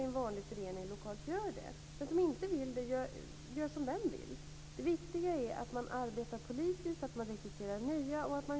Förändringen är viktig.